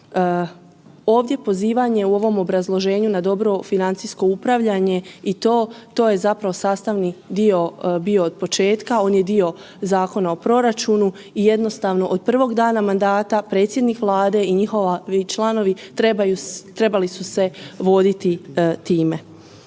Ovdje pozivanje u ovom obrazloženju na dobro financijsko upravljanje i to, to je zapravo sastavni dio bio od početka, on je dio Zakona o proračunu i jednostavno od prvog dana mandata predsjednik Vlade i njihovi članovi trebali su se voditi time,